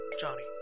Johnny